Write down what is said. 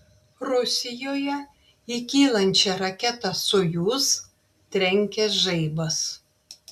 rusijoje į kylančią raketą sojuz trenkė žaibas